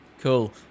Cool